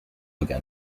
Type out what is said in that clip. again